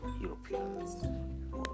Europeans